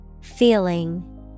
Feeling